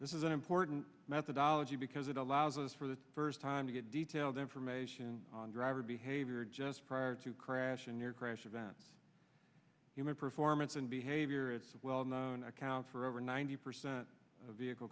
this is an important methodology because it allows us for the first time to get detailed information on driver behavior just prior to crash in your crash event human performance and behavior it's well known accounts for over ninety percent of vehicle